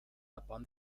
upon